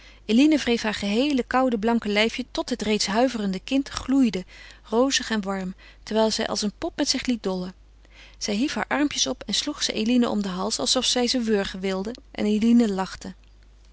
eline wreef haar geheele koude blanke lijfje tot het reeds huiverende kind gloeide rozig en warm terwijl zij als een pop met zich liet dollen zij hief haar armpjes op en sloeg ze eline om den hals alsof zij ze wurgen wilde en eline lachte